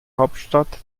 hauptstadt